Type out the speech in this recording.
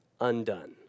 undone